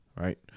right